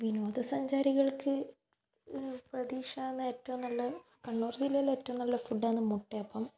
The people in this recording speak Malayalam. വിനോദസഞ്ചാരികൾക്ക് പ്രതീക്ഷയെന്ന് ഏറ്റവും നല്ല കണ്ണൂർ ജില്ലയിലെ ഏറ്റവും നല്ല ഫുഡ് ആണ് മുട്ടയപ്പം